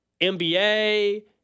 NBA –